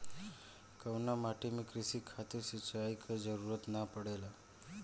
कउना माटी में क़ृषि खातिर सिंचाई क जरूरत ना पड़ेला?